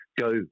go